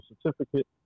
certificate